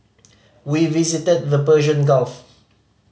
we visited the Persian Gulf